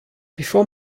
bevor